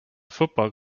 football